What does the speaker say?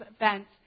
events